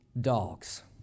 dogs